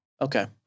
Okay